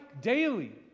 daily